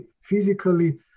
physically